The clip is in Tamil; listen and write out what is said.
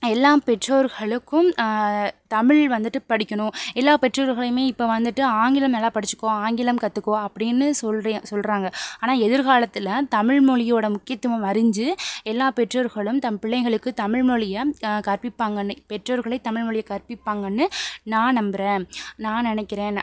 எல்லா பெற்றோர்களுக்கும் தமிழ் வந்துட்டு படிக்கணும் எல்லா பெற்றோர்களையுமே இப்போ வந்துட்டு ஆங்கிலம் நல்லா படிச்சிக்கோ ஆங்கிலம் கற்றுக்கோ அப்படின்னு சொல்றி சொல்கிறாங்க ஆனால் எதிர்காலத்தில் தமிழ்மொழியோடய முக்கியத்துவம் அறிஞ்சு எல்லா பெற்றோர்களும் தம் பிள்ளைகளுக்கு தமிழ்மொழியை கற்பிப்பாங்கன்னு பெற்றோர்களே தமிழ்மொழியை கற்பிப்பாங்கன்னு நான் நம்புகிறேன் நான் நினைக்கிறேன